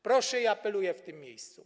Proszę i apeluję o to w tym miejscu.